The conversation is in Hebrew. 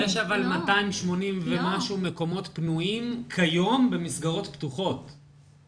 אבל יש 280 ומשהו מקומות פנויים כיום במסגרות פתוחות.